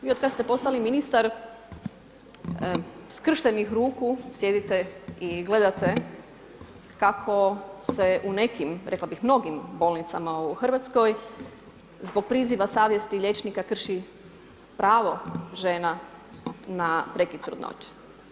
Vi od kad ste postali ministar skrštenih ruku sjedite i gledate kako se u nekim, rekla bih mnogim bolnicama u Hrvatskoj, zbog priziva savjesti liječnika liječi pravo žena na prekid trudnoće.